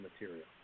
material